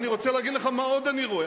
אני רוצה להגיד לך מה עוד אני רואה.